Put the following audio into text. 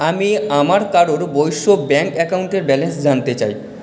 আমি আমার কারুর বৈশ্য ব্যাঙ্ক অ্যাকাউন্টের ব্যালেন্স জানতে চাই